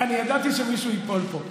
אני ידעתי שמישהו ייפול פה.